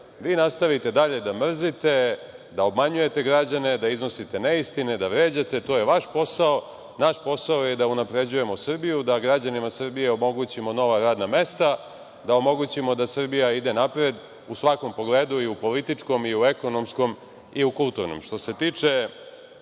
Vi nastavite dalje da mrzite, da obmanjujete građane, da iznosite neistine, da vređate, to je vaš posao. Naš posao je da unapređujemo Srbiju, da građanima Srbije omogućimo nova radna mesta, da omogućimo da Srbija ide napred u svakom pogledu, pa i u političkom, u ekonomskom i u kulturnom. Što